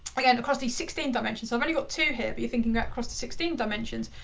again across these sixteen dimensions. so i've only got two here but you're thinking about across the sixteen dimensions.